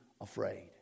afraid